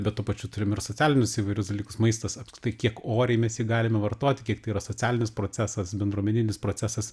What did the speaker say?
bet tuo pačiu turim ir socialinius įvairius dalykus maistas apskritai kiek oriai mes jį galime vartoti kiek tai yra socialinis procesas bendruomeninis procesas